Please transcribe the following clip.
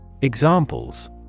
Examples